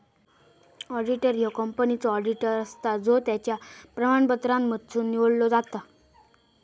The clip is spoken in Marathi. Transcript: ऑडिटर ह्यो कंपनीचो ऑडिटर असता जो त्याच्या प्रमाणपत्रांमधसुन निवडलो जाता